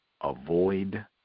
avoid